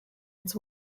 its